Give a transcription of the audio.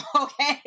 Okay